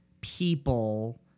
people